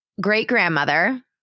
great-grandmother